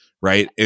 right